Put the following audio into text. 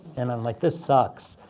and i'm like, this sucks.